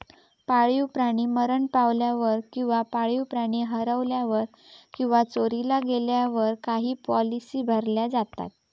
पाळीव प्राणी मरण पावल्यावर किंवा पाळीव प्राणी हरवल्यावर किंवा चोरीला गेल्यावर काही पॉलिसी भरल्या जातत